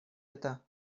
это